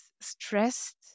stressed